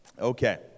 Okay